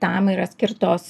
tam yra skirtos